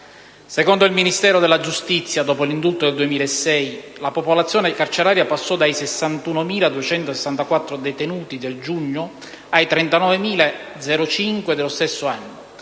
Secondo il Ministero della giustizia, dopo l'indulto del 2006, la popolazione carceraria passò da 61.264 detenuti nel giugno a 39.005 dello stesso anno;